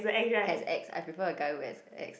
has ex I prefer a guy who has ex